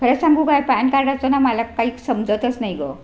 खरं सांगू काय पॅन कार्डचं ना मला काही समजतच नाही गं